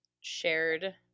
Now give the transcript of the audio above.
shared